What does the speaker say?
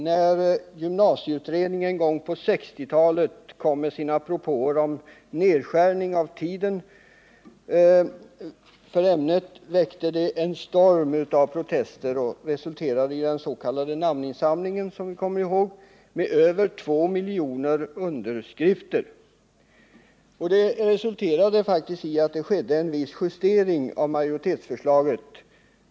När gymnasieutredningen en gång på 1960-talet kom med sina propåer om nedskärning av tiden för ämnet väckte det en storm av protester och ledde som bekant till den s.k. namninsamlingen med över 2 miljoner namnunderskrifter. Följden härav blev att det skedde en viss justering av majoritetsförslaget.